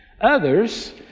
others